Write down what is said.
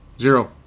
Zero